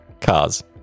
cars